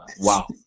Wow